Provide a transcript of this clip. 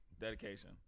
Dedication